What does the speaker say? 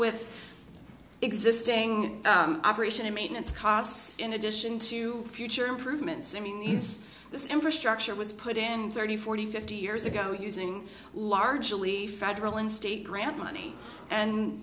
with existing operation and maintenance costs in addition to future improvements it means this infrastructure was put in thirty forty fifty years ago using largely federal and state grant money and